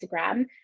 instagram